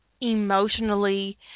emotionally